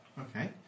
Okay